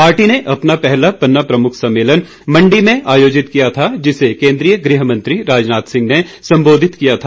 party ने अपना पहला पन्ना प्रमुख सम्मेलन मंडी में आयोजित किया था जिसे केन्द्रीय गृह मंत्री राजनाथ सिंह ने संबोधित किया था